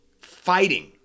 fighting